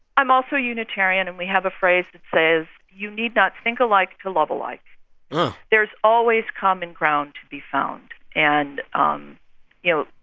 i'm also unitarian, and we have a phrase that says you need not think alike to love alike oh there's always common ground to be found. and, um you know,